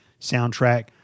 soundtrack